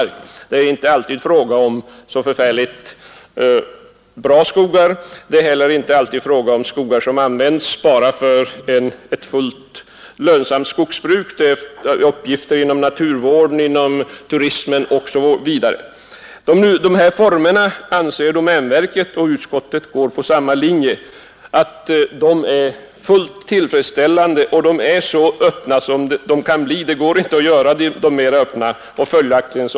Nr 148 Det är inte alltid fråga om så förfärligt bra skogar. Det är heller inte alltid — Onsdagen den fråga om skogar som används bara för ett fullt lönsamt skogsbruk. Det är — 15 december 1971 också fråga om uppgifter inom naturvården, turismen m.m. NS SR ENS Nuvarande redovisningsformer anser domänverket — och utskottet De statliga följer samma linje — vara fullt tillfredsställande.